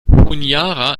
honiara